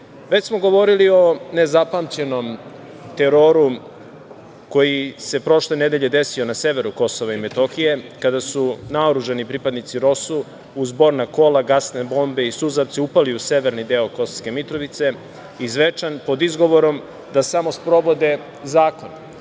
smo govorili o nezapamćenom teroru koji se prošle nedelje desio na severu Kosova i Metohije, kada su naoružani pripadnici ROSU, uz borna kola, gasne bombe i suzavce, upali u severni deo Kosovske Mitrovice i Zvečan, pod izgovorom da samo sprovode zakon,